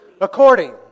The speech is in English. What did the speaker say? according